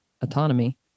autonomy